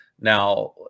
Now